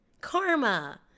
Karma